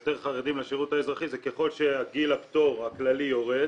יותר חרדים לשירות האזרחי זה ככל שגיל הפטור הכללי יורד